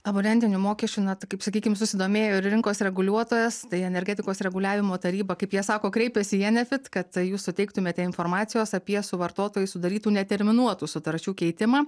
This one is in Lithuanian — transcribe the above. abonentiniu mokesčiu na tai kaip sakykim susidomėjo ir rinkos reguliuotojas tai energetikos reguliavimo taryba kaip jie sako kreipėsi į enefit kad jūs suteiktumėte informacijos apie su vartotojais sudarytų neterminuotų sutarčių keitimą